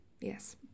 Yes